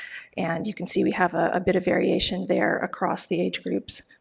and you can see we have a bit of variation there across the age groups,